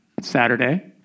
Saturday